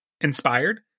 inspired